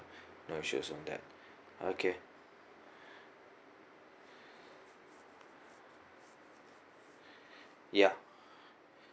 no issues on that okay ya